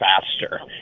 faster